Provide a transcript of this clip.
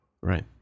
Right